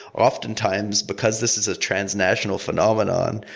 often times, because this is a transnational phenomenon,